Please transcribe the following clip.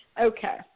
Okay